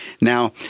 Now